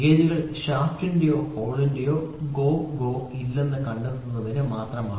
ഗേജുകൾ ഷാഫ്റ്റിന്റെയോ ഹോളിന്റെയോ GO GO ഇല്ലെന്ന് കണ്ടെത്തുന്നതിന് മാത്രമാണ്